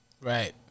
Right